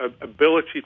ability